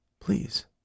please